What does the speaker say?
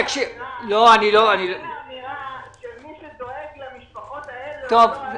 תקשיב --- לכן האמירה שמי שדואג למשפחות האלה ולא האלה,